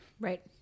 Right